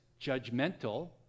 judgmental